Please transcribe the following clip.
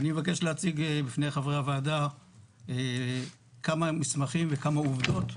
אני מבקש להציג בפני חברי הוועדה כמה מסמכים וכמה עובדות,